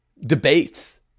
debates